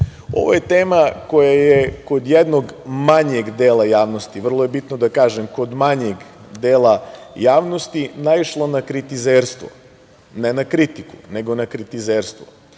je tema koja je kod jednog manjeg dela javnosti, vrlo je bitno da kažem, kod manjeg dela javnosti, naišlo na kritizerstvo. Ne na kritiku, nego na kritizerstvo. Svako